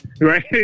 right